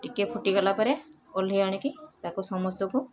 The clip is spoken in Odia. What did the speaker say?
ଟିକେ ଫୁଟି ଗଲା ପରେ ଓହ୍ଲେଇ ଆଣିକି ତାକୁ ସମସ୍ତକୁ